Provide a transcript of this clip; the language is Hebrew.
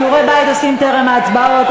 שיעורי בית עושים טרם ההצבעות.